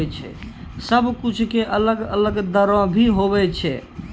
सब कुछु के अलग अलग दरो भी होवै छै